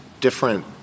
different